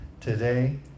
today